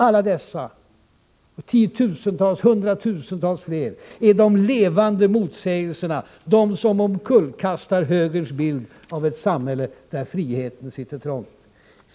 Alla dessa och hundratusentals andra är de levande motsägelserna, de som omkullkastar högerns bild av ett samhälle där friheten sitter trångt.